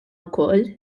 wkoll